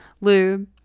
lube